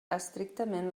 estrictament